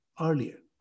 earlier